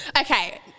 okay